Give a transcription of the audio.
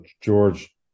George